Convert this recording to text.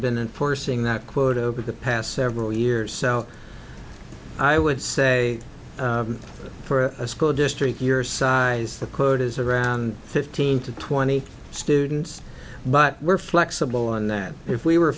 been forcing that quota over the past several years so i would say for a school district your size the quote is around fifteen to twenty students but we're flexible on that if we were